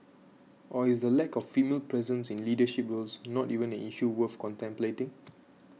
or is the lack of female presence in leadership roles not even an issue worth contemplating